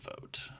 vote